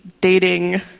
dating